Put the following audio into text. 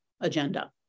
agenda